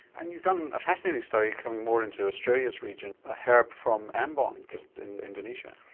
and you've done a fascinating study, coming more into australia's region, a herb from ambon, just in indonesia.